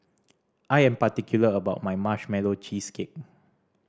I am particular about my Marshmallow Cheesecake